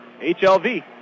HLV